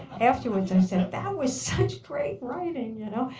afterwards i said, that was such great writing, you know.